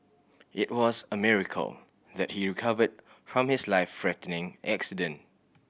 it was a miracle that he recovered from his life threatening accident